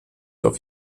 auf